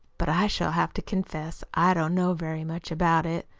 but i shall have to confess i don't know very much about it.